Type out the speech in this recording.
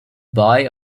boy